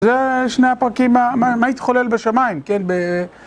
זה שני הפרקים, מה התחולל בשמיים, כן, ב...